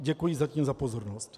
Děkuji zatím za pozornost.